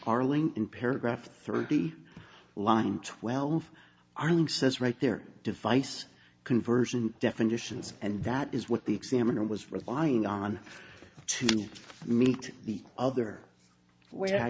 arlington paragraph thirty line twelve arling says right there devise conversion definitions and that is what the examiner was relying on to meet the other w